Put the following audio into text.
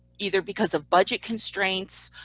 either because of budget constraints,